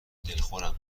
دلخورم